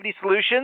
Solutions